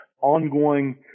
ongoing